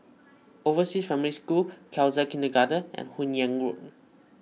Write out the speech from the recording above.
Overseas Family School Khalsa Kindergarten and Hun Yeang Road